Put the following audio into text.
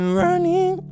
running